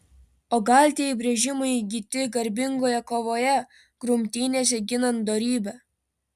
o gal tie įbrėžimai įgyti garbingoje kovoje grumtynėse ginant dorybę